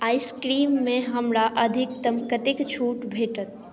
आइसक्रीममे हमरा अधिकतम कतेक छूट भेटत